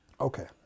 Okay